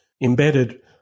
embedded